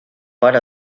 per